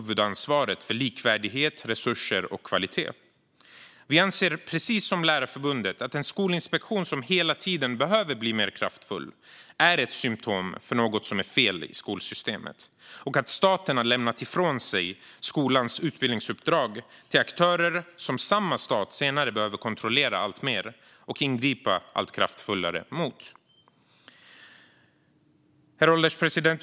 Vi anser, precis som Lärarförbundet, att en skolinspektion som hela tiden behöver bli mer kraftfull är ett symtom på något som är fel i skolsystemet och att staten har lämnat ifrån sig skolans utbildningsuppdrag till aktörer som samma stat senare behöver kontrollera alltmer och ingripa allt kraftfullare mot. Herr ålderspresident!